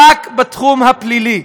רק בתחום הפלילי.